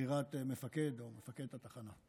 בבחירת מפקד או מפקדת התחנה.